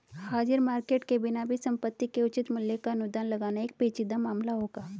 हाजिर मार्केट के बिना भी संपत्ति के उचित मूल्य का अनुमान लगाना एक पेचीदा मामला होगा